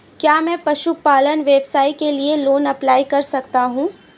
क्या मैं पशुपालन व्यवसाय के लिए लोंन अप्लाई कर सकता हूं?